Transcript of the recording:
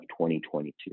2022